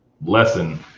lesson